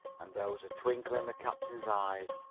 and there was a twinkle in the captain's eyes.